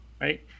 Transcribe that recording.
Right